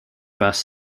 best